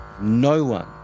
No-one